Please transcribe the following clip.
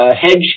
hedge